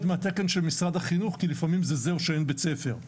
מהתקן של משרד החינוך כי לפעמים זה או שאין בית-ספר,